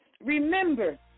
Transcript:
Remember